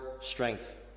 strength